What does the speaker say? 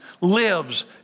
lives